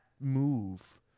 move